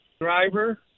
driver